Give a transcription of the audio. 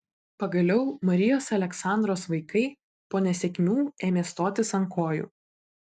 pagaliau marijos aleksandros vaikai po nesėkmių ėmė stotis ant kojų